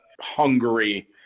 Hungary